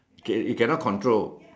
okay you can not control